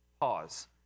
pause